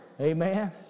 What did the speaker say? Amen